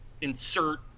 insert